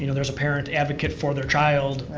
you know there's parents advocate for their child.